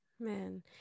man